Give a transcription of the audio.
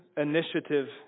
Initiative